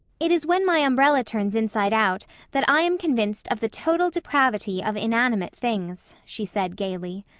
it is when my umbrella turns inside out that i am convinced of the total depravity of inanimate things, she said gaily.